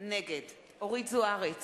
נגד אורית זוארץ,